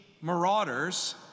marauders